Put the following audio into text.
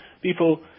People